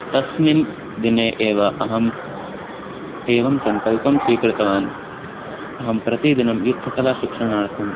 तस्मिन् दिने एव अहम् एवं सङ्कल्पं स्वीकृतवान् अहं प्रतिदिनं युद्धकलाशिक्षणार्थम्